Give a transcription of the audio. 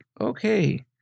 okay